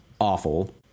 awful